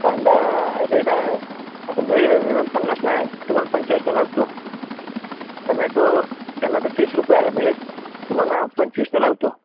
कांदा रेट आहे आता बाहेर पन्नासनं आहे तुम्हाला पंचेचाळीसनं लावतो टमॅटो टमॅटो तीस रुपये आहे बाहेर तुम्हाला पंचवीसनं लावतो